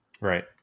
right